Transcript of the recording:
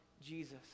Jesus